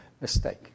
Mistake